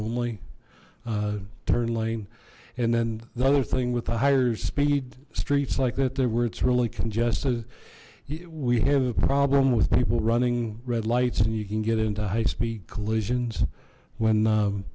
only turn lane and then the other thing with the higher speed streets like that there where it's really congested we have a problem with people running red lights and you can get into high speed collisions when